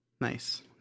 nice